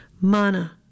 Mana